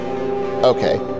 Okay